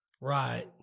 Right